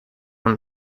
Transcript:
und